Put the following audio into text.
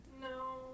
No